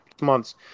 months